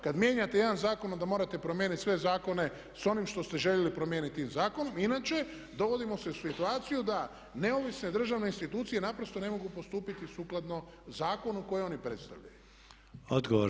Kad mijenjate jedan zakon onda morate promijeniti sve zakone s onim što ste željeli promijeniti tim zakonom inače dovodimo se u situaciju da neovisne državne institucije naprosto ne mogu postupiti sukladno zakonu koje oni predstavljaju.